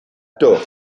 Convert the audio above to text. tort